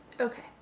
Okay